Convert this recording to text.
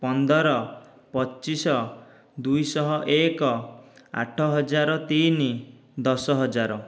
ପନ୍ଦର ପଚିଶ ଦୁଇ ଶହ ଏକ ଆଠ ହଜାର ତିନି ଦଶ ହଜାର